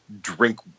drink